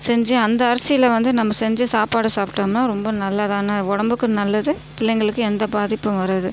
செஞ்சு அந்த அரிசியில் வந்து நம்ப செஞ்சு சாப்பாடு சாப்பிடம்னா ரொம்ப நல்லாதானே உடம்புக்கும் நல்லது பிள்ளைங்களுக்கு எந்த பாதிப்பும் வராது